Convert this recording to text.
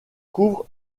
couvre